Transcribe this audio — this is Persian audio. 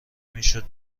میشد